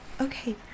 okay